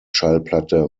schallplatte